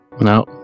No